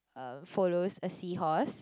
um followers a seahorse